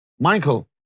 Michael